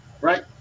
right